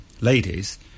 ladies